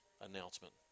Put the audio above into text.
announcement